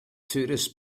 tourists